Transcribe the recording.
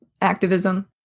activism